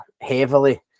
heavily